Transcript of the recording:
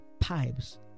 pipes